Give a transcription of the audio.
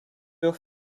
ruch